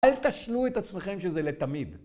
אל תשלו את עצמכם שזה לתמיד.